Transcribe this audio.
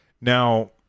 Now